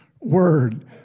word